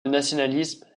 nationalisme